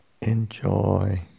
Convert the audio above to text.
enjoy